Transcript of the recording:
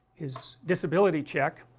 his disability cheque,